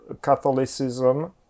Catholicism